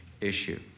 issue